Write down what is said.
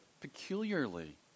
peculiarly